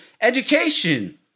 education